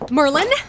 Merlin